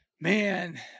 Man